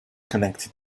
connected